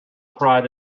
pride